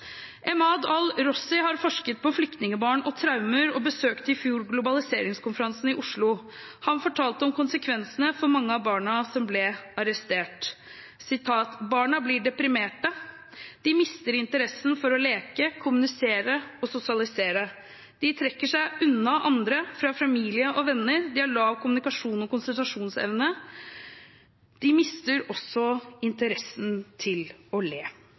Emad Al-Rozzi har forsket på flyktningbarn og traumer. Han besøkte i fjor Globaliseringskonferansen i Oslo. Han fortalte om konsekvensene for mange av barna som ble arrestert. «Barna blir deprimerte. De mister interessen for å leke, kommunisere og sosialisere. De trekker seg unna andre, fra familien og venner. De har lav kommunikasjons- og konsentrasjonsevne. De mister også interessen til å le.»